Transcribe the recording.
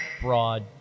broad